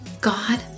God